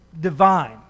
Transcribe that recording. divine